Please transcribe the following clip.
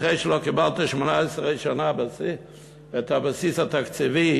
אחרי שלא קיבלת 18 שנה את הבסיס התקציבי,